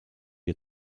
wir